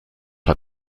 hat